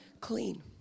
clean